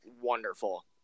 wonderful